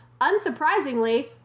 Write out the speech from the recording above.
Unsurprisingly